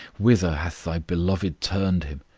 whither hath thy beloved turned him,